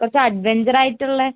കുറച്ച് അഡ്വഞ്ചറായിട്ടുള്ളത്